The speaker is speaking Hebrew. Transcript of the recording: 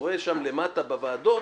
שקורה שם למטה בוועדות